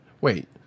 wait